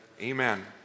Amen